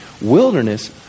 Wilderness